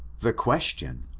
the question,